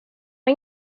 det